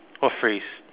what phrase